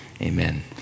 Amen